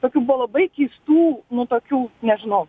tokių buvo labai keistų nu tokių nežinau